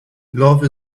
love